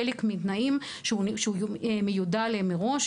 זה חלק מהתנאים שהוא מיודע עליהם מראש,